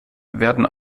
werden